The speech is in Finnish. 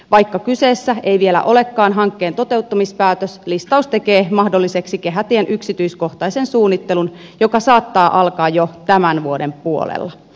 vaikka kyseessä ei vielä olekaan hankkeen toteuttamispäätös listaus tekee mahdolliseksi kehätien yksityiskohtaisen suunnittelun joka saattaa alkaa jo tämän vuoden puolella